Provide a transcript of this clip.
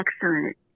excellent